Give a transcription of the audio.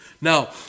Now